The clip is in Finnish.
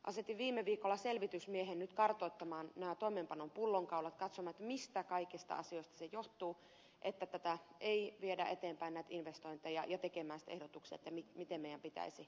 asetin viime viikolla selvitysmiehen nyt kartoittamaan nämä toimeenpanon pullonkaulat katsomme mistä kaikista asioista se johtuu että näitä investointeja ei viedä eteenpäin ja tekemään sitten ehdotuksia miten meidän pitäisi petrata